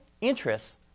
interests